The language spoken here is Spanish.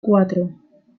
cuatro